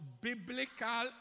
biblical